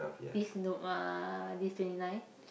this no uh this twenty nine